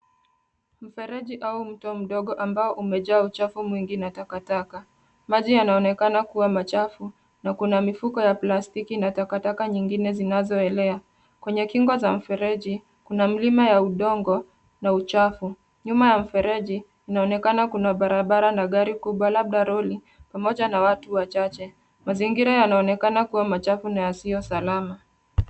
Mfereji au mto mdogo ambao umejaa uchafu mwingi na takataka. Maji yanaonekana kuwa machafu na kuna mifuko ya plastiki na takataka zingine zinazoelea. Kwenye kingo za mfereji, kuna mlima wa udongo na uchafu. Nyuma ya mfereji inaonekana kuna barabara na gari kubwa labda lori, pamoja na watu wachache. Mazingira yanaonekana kuwa machafu na yasiyo salama.